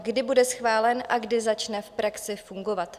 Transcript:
Kdy bude schválen a kdy začne v praxi fungovat?